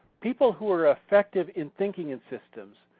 people who are effective in thinking in systems,